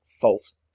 false